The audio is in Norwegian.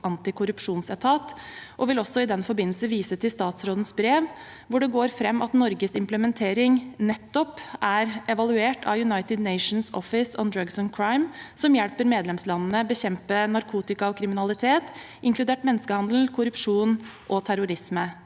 antikorrupsjonsetat. Vi vil også i den forbindelse vise til statsrådens brev hvor det går fram at Norges implementering nettopp er evaluert av United Nations Office on Drugs and Crime, som hjelper medlemslandene med å bekjempe narkotikakriminalitet, inkludert menneskehandel, korrupsjon og terrorisme.